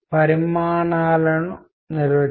నిద్రపోతున్న వ్యక్తి కలలు కంటూ ఉండవచ్చు